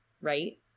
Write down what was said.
right